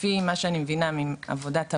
לפי מה שאני מבינה מעבודת המ.מ.מ,